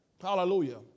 Hallelujah